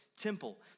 temple